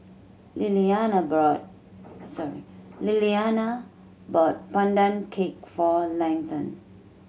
Lillianna brought sorry Lillianna bought Pandan Cake for Leighton